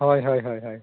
ᱦᱳᱭ ᱦᱳᱭ ᱦᱳᱭ